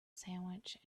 sandwich